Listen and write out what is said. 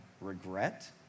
regret